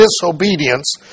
disobedience